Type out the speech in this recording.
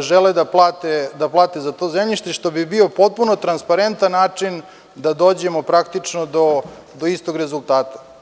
žele da plate za to zemljište, što bi bio potpuno transparentan način da dođemo, praktično do istog rezultata.